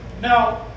Now